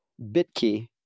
BitKey